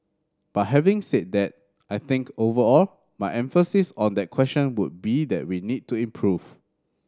but having said that I think overall my emphasis on that question would be that we need to improve